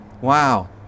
Wow